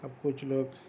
اب کچھ لوگ